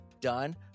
done